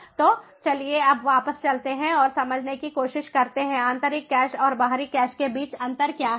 तो चलिए अब वापस चलते हैं और समझने की कोशिश करते हैं आंतरिक कैश और बाहरी कैश के बीच अंतर क्या है